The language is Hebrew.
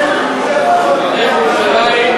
הסתייגות מס' 1 של חבר הכנסת פרוש,